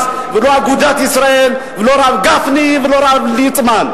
איפה פניה קירשנבאום?